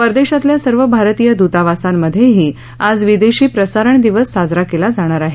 परदेशातल्या सर्व भारतीय दूतावासांमध्येही आज विदेशी प्रसारण दिवस साजरा केला जाणार आहे